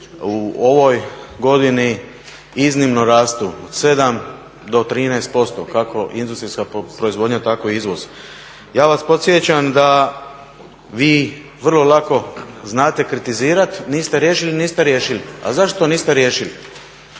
u ovoj godini iznimno rastu, 7 do 13%, kako industrijska proizvodnja tako i izvoz. Ja vas podsjećam da vi vrlo lako znate kritizirat, nist riješili, niste riješili. A zašto niste riješili?